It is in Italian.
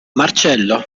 marcello